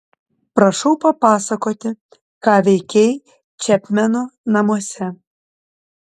prašau papasakoti ką veikei čepmeno namuose